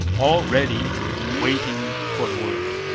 all ready waiting for the word.